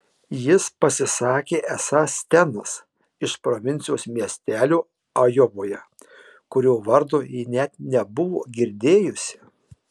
jis pasisakė esąs stenas iš provincijos miestelio ajovoje kurio vardo ji net nebuvo girdėjusi